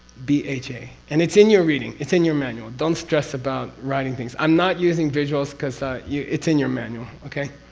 b h a, and it's in your reading. it's in your manual, don't stress about writing things. i'm not using visuals because ah, it's in your manual. okay?